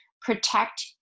Protect